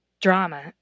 drama